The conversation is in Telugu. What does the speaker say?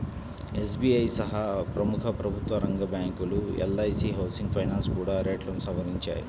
ఎస్.బీ.ఐ సహా ప్రముఖ ప్రభుత్వరంగ బ్యాంకులు, ఎల్.ఐ.సీ హౌసింగ్ ఫైనాన్స్ కూడా రేట్లను సవరించాయి